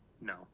no